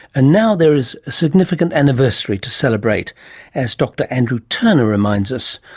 and now there is a significant anniversary to celebrate as dr andrew turner reminds us,